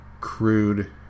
crude